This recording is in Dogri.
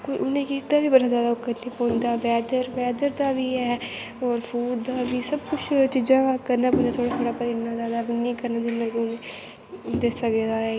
कोई उ'नें गी इसदा बी बड़ा जैदा ओह् करने पौंदा बैदर बैदर दा बी ऐ होर फूड दा बी सब्भ कुछ चीजां करना पौंदा थोह्ड़ा थोह्ड़ा पर इन्ना जैदा बी निं करना जिन्ना कि उ'नें दस्सेआ गेदा ऐ